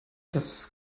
das